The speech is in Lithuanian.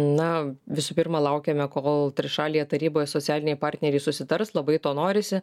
na visų pirma laukiame kol trišalėje taryboje socialiniai partneriai susitars labai to norisi